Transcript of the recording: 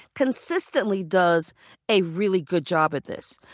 consistently, does a really good job at this.